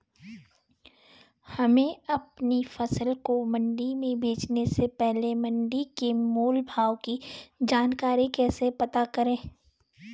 हमें अपनी फसल को मंडी में बेचने से पहले मंडी के मोल भाव की जानकारी कैसे पता करें?